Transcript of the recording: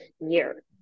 year